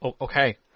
okay